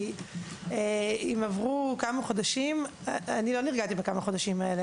כי אם עברו כמה חודשים אני לא נרגעתי בכמה החודשים האלה,